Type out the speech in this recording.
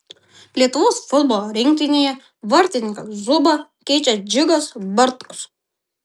lietuvos futbolo rinktinėje vartininką zubą keičia džiugas bartkus